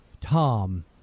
Tom